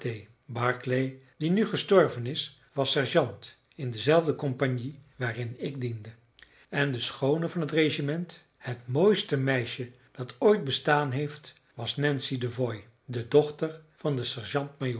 barclay die nu gestorven is was sergeant in dezelfde compagnie waarin ik diende en de schoone van het regiment het mooiste meisje dat ooit bestaan heeft was nancy devoy de dochter van den